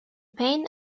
pain